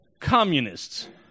Communists